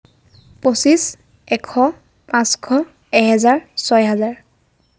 পঁচিছ এশ পাচঁশ এহেজাৰ ছয় হাজাৰ